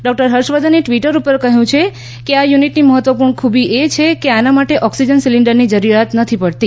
doctor ફર્ષવર્ધને Twitter પર કહથું છે કે આ યુનીટની મહત્વપુર્ણ ખુબી એ છે કે આના માટે ઓકસીજન સીલીન્ડરની જરૂરીયાત નથી પડતી